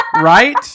Right